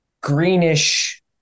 greenish